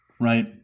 right